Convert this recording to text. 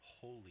holy